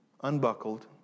unbuckled